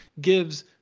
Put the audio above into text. gives